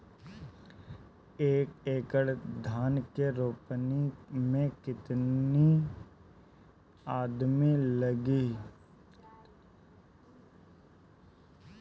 एक एकड़ धान के रोपनी मै कितनी आदमी लगीह?